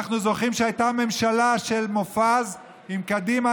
אנחנו זוכרים שהייתה ממשלה של מופז עם קדימה,